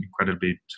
incredibly